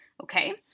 okay